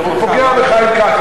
פוגע בחיים כץ.